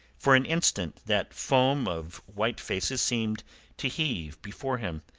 for an instant that foam of white faces seemed to heave before him.